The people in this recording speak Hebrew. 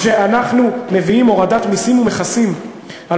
ואנחנו מביאים הורדת מסים ומכסים על